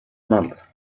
month